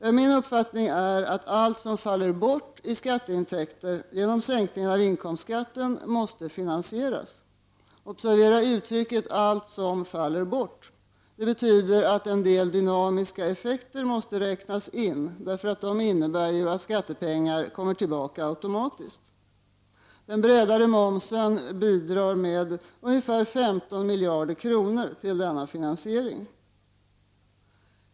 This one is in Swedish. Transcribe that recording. Min uppfattning är att allt som faller bort i skatteintäkter genom sänkningen av inkomstskatten måste finansieras. Observera uttrycket ”allt som faller bort”. Det betyder att en del dynamiska effekter måste räknas in, för de innebär att skattepengar kommer tillbaka automatiskt. Den bredare momsen bidrar med ungefär 15 miljarder kronor till denna finansiering.